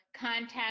contact